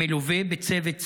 מלווה בצוות סיעודי,